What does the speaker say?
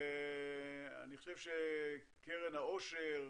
אני חושב, שקרן העושר,